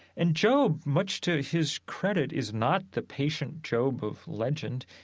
and job, much to his credit, is not the patient job of legend.